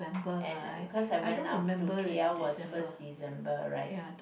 end uh because I went up to k_l was first December right